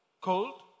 cold